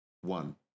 One